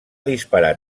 disparar